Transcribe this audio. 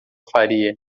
faria